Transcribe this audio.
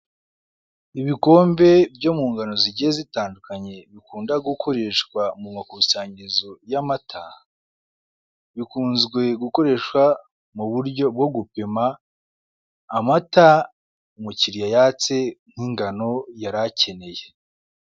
Ibikombe byo mu ngano zigiye zitandukanye bikunda gukoresha mu makusanyirizo y'amata, bikunze gukoreshwa mu buryo bwo gupima amata umukiliya yatse nk'ingano yari akeneye.